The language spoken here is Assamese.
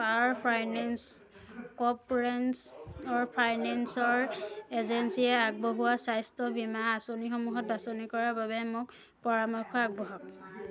পাৱাৰ ফাইনেন্স কৰ্প'ৰেশ্যন অৰ ফাইনেন্সৰ এজেঞ্চিয়ে আগবঢ়োৱা স্বাস্থ্য বীমা আঁচনিসমূহত বাছনি কৰাৰ বাবে মোক পৰামৰ্শ আগবঢ়াওক